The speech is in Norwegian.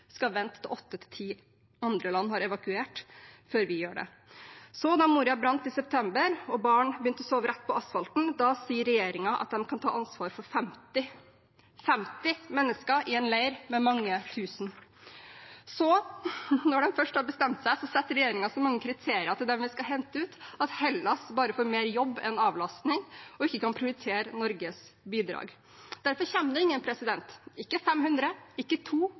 skal vente til åtte–ti andre land har evakuert, før vi gjør det. Så, da Moria-leiren brant i september og barn begynte å sove rett på asfalten, sa regjeringen at de kunne ta ansvar for 50 mennesker – 50! – i en leir med mange tusen. Så, når de først har bestemt seg, setter regjeringen så mange kriterier for dem vi skal hente ut, at Hellas bare får mer jobb enn avlastning og ikke kan prioritere Norges bidrag. Derfor kommer det ingen – ikke 500, ikke